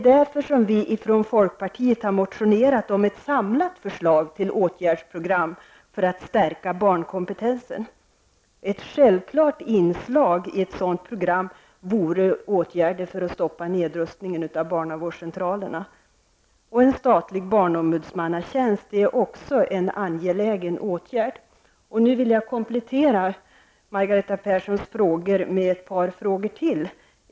Därför har vi från folkpartiet motionerat om ett samlat förslag till åtgärdsprogram för att stärka barnkompetensen. Ett självklart inslag i ett sådant program vore åtgärder för att stoppa nedrustningen av barnavårdscentralerna. En statlig barnombudsmannatjänst är också en angelägen åtgärd. Jag vill nu komplettera Margareta Perssons frågor med ytterligare ett par.